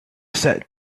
said